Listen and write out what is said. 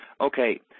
okay